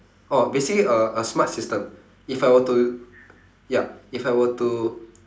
orh basically a a smart system if I were to ya if I were to